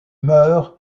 mœurs